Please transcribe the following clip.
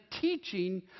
teaching